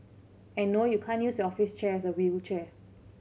and no you can't use office chair as a wheelchair